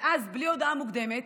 ואז, בלי הודעה מוקדמת,